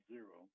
Zero